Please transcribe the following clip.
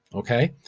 okay?